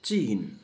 चिन